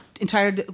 entire